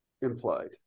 Implied